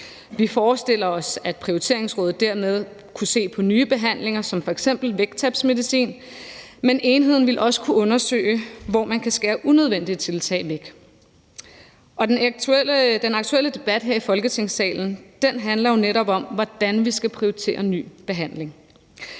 Vi forestiller os, at prioriteringsrådet dermed kunne se på nye behandlinger som f.eks. vægttabsmedicin, men enheden ville også kunne undersøge, hvor man kan skære unødvendige tiltag væk. Den aktuelle debat her i Folketingssalen handler netop om, hvordan vi skal prioritere ny behandling.